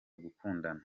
gukundana